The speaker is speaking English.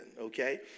okay